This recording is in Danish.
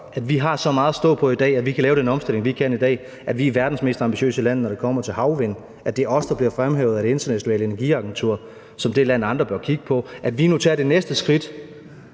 at vi har så meget at stå på i dag, at vi kan lave den omstilling, vi kan i dag, og at vi er verdens mest ambitiøse land, når det kommer til havvind; at det er os, der bliver fremhævet af Det Internationale Energiagentur som det land, andre bør kigge på; at vi nu tager det næste skridt